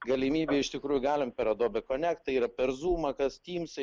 galimybė iš tikrųjų galim per adobe konektą yra per zumą kas tymsai